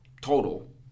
total